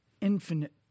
infinite